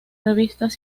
revistas